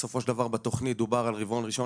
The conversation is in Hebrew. בסופו של דבר בתוכנית דובר על רבעון ראשון